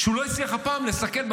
שהוא לא הצליח הפעם לסכל,